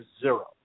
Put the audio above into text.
zero